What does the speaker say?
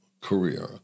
career